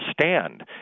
stand